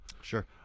Sure